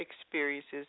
experiences